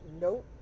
Nope